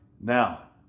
now